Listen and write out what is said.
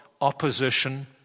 opposition